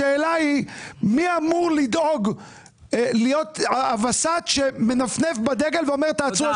השאלה היא מי אמור לדאוג להיות הווסת שמנפנף בדגל ואומר תעצור,